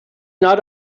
not